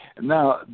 Now